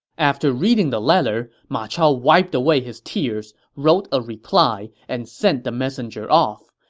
after reading the letter, ma chao wiped away his tears, wrote a reply, and sent the messenger off.